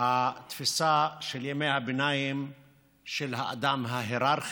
התפיסה של ימי הביניים של האדם ההייררכי.